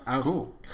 Cool